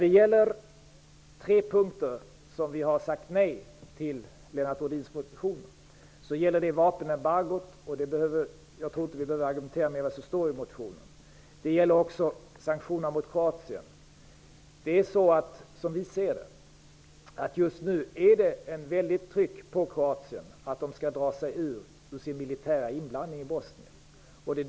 En av de tre punkter där vi har sagt nej till Lennart Rohdins motion gäller vapenembargot -- på den punkten tror jag inte vi behöver argumentera mer. Vi har också sagt nej till sanktioner mot Kroatien. Som vi ser det är det just nu ett väldigt tryck på Kroatien att dra sig ur sin militära inblandning i Bosnien.